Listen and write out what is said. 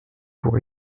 pour